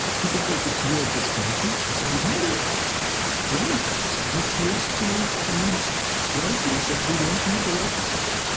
people thought that miracles can happen, but i remember one of us refused to clean his rifle. he said, we won't need the rifles anymore.